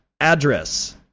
address